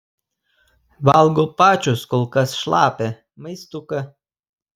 valgo pačios kol kas šlapią maistuką